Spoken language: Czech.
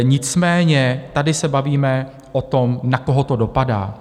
Nicméně tady se bavíme o tom, na koho to dopadá.